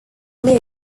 leo